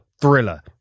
thriller